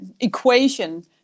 equation